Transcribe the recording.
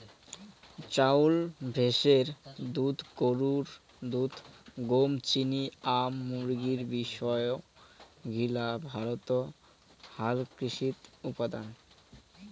চাউল, ভৈষের দুধ, গরুর দুধ, গম, চিনি, আম, মুরগী বিষয় গিলা ভারতত হালকৃষিত উপাদান